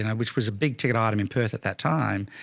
and which was a big ticket item in perth at that time,